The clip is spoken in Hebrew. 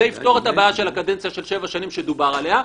זה יפתור את הבעיה של הקדנציה של שבע שנים שדובר עליה.